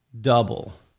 double